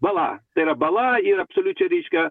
bala tai yra bala ir absoliučiai reiškia